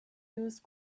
used